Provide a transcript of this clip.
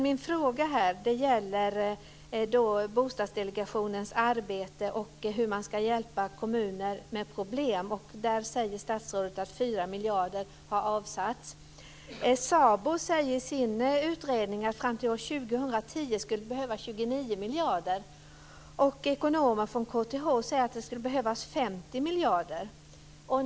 Min fråga gäller Bostadsdelegationens arbete och hur man ska hjälpa kommuner med problem. Där säger statsrådet att 4 miljarder har avsatts. SABO säger i sin utredning att fram till år 2010 skulle det behövas 29 miljarder, och ekonomer från KTH säger att det skulle behövas 50 miljarder.